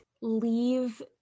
leave